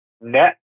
net